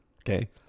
Okay